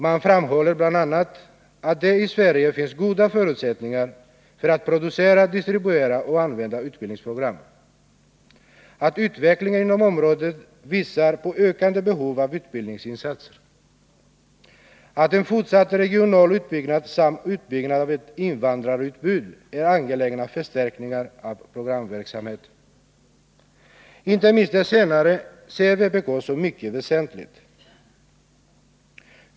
Man framhåller bl.a. att det i Sverige finns goda förutsättningar för att producera, distribuera och använda utbildningsprogram, att utvecklingen inom området visar på ökande behov av utbildningsinsatser och att en fortsatt regional utbyggnad samt uppbyggnad av ett invandrarutbud är angelägna förstärkningar av programverksamheten. Inte minst det senare ser vpk som mycket väsentligt.